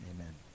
Amen